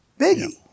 Biggie